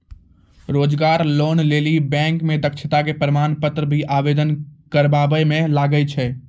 रोजगार लोन लेली बैंक मे दक्षता के प्रमाण पत्र भी आवेदन करबाबै मे लागै छै?